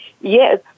Yes